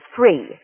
Three